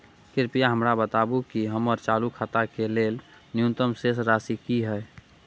कृपया हमरा बताबू कि हमर चालू खाता के लेल न्यूनतम शेष राशि की हय